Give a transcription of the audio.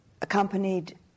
accompanied